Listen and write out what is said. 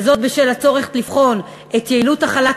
וזאת בשל הצורך לבחון את יעילות החלת